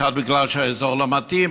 האחד בגלל שהאזור לא מתאים,